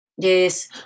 Yes